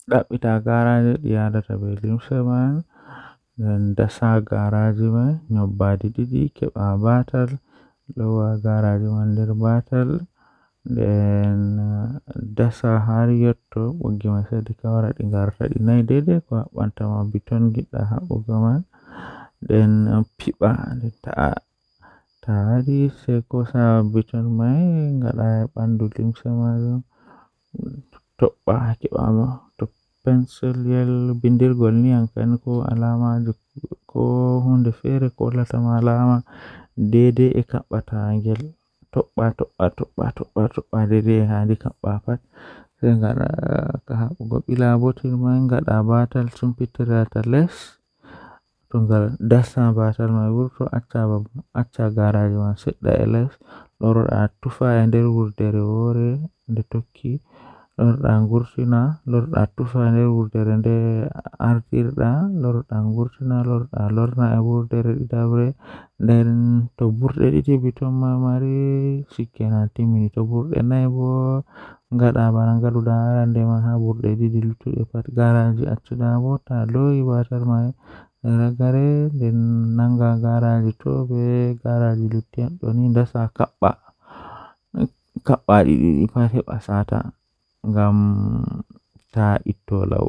Jokkondir thermometer, miɗo waawi njiddude ko digital walla thermometer nder subaka. Jokkondir thermometer ngal e ndiyam ngam njiddaade, heɓe sabu so tawii njiddude nder kisal ngal. Fota njiddude sabu ndaarayde nder ɓandu ngal so tawii njiddude kaŋko. Holla ɗum ɓuri, jokkondir sabu ko njiddaade kaŋko.